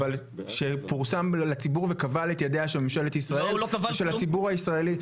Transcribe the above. אבל שפורסם לציבור וכבל את ידיה של ממשלת ישראל ושל הציבור הישראלי.